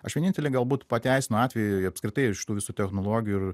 aš vienintelė galbūt pateisinu atvejį apskritai iš tų visų technologijų ir